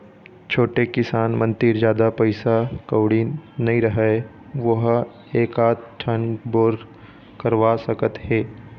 छोटे किसान मन तीर जादा पइसा कउड़ी नइ रहय वो ह एकात ठन बोर करवा सकत हे